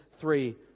three